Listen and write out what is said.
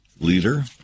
leader